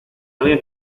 alguien